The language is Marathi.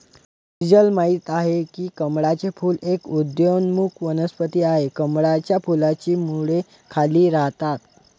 नीरजल माहित आहे की कमळाचे फूल एक उदयोन्मुख वनस्पती आहे, कमळाच्या फुलाची मुळे खाली राहतात